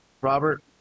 Robert